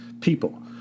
people